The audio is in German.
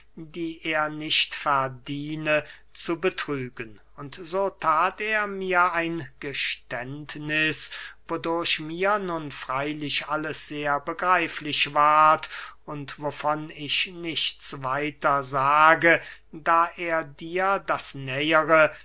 die er nicht verdiene zu betrügen und so that er mir ein geständniß wodurch mir nun freylich alles sehr begreiflich ward und wovon ich nichts weiter sage da er dir das nähere